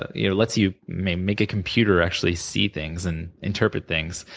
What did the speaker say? ah you know let's you make make a computer actually see things and interpret things,